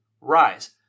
rise